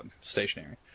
stationary